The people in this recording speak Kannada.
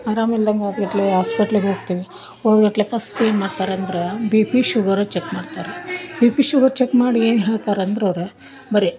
ಅರಾಮ್ ಇಲ್ದಂಗಾದ್ಗಟ್ಲೇ ಆಸ್ಪಿಟ್ಲ್ಗೆ ಹೋಗ್ತೀವಿ ಹೋದ್ಗಟ್ಲೆ ಫರ್ಸ್ಟ್ ಏನು ಮಾಡ್ತಾರೆ ಅಂದ್ರೆ ಬಿಪಿ ಶುಗರ್ ಚೆಕ್ ಮಾಡ್ತಾರೆ ಬಿಪಿ ಶುಗರ್ ಚೆಕ್ ಮಾಡಿ ಏನು ಹೇಳ್ತಾರಂದ್ರೆ ಅವರು ಬರೆ